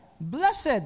blessed